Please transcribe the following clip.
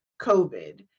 COVID